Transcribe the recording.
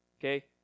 Okay